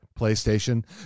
playstation